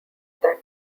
that